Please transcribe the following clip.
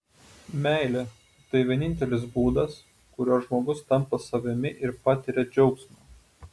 meilė tai vienintelis būdas kuriuo žmogus tampa savimi ir patiria džiaugsmą